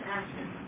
action